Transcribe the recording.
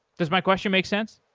does my question make sense?